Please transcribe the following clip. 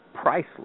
priceless